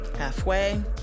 halfway